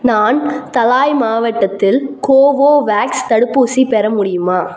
நான் தலாய் மாவட்டத்தில் கோவோவேக்ஸ் தடுப்பூசி பெற முடியுமா